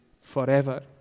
forever